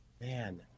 man